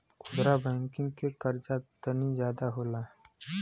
खुदरा बैंकिंग के कर्जा तनी जादा होला